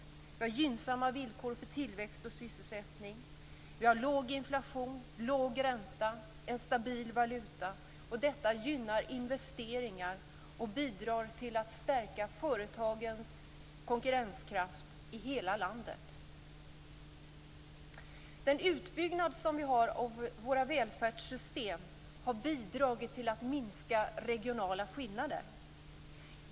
Vi har gynnsamma villkor för tillväxt och sysselsättning. Vi har låg inflation, låg ränta och en stabil valuta. Detta gynnar investeringar och bidrar till att stärka företagens konkurrenskraft i hela landet. Utbyggnaden av våra välfärdssystem har bidragit till att minska regionala skillnader.